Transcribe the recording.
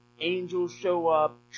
angels-show-up